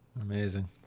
Amazing